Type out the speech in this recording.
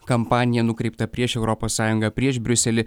kampaniją nukreiptą prieš europos sąjungą prieš briuselį